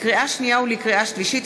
לקריאה שנייה ולקריאה שלישית,